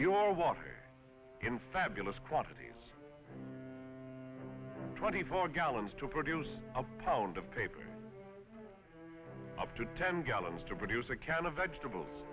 your water in fabulous quantities twenty four gallons to produce a pound of paper up to ten gallons to produce a can of vegetables